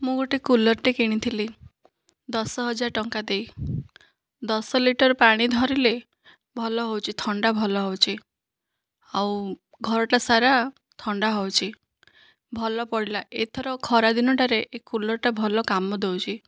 ମୁଁ ଗୋଟେ କୁଲରଟେ କିଣିଥିଲି ଦଶ ହଜାର ଟଙ୍କା ଦେଇ ଦଶ ଲିଟର ପାଣି ଧରିଲେ ଭଲ ହେଉଛି ଥଣ୍ଡା ଭଲ ହେଉଛି ଆଉ ଘରଟା ସାରା ଥଣ୍ଡା ହେଉଛି ଭଲ ପଡ଼ିଲା ଏଥର ଖରା ଦିନଟାରେ ଏ କୁଲରଟା ଭଲ କାମ ଦେଉଛି